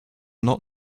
not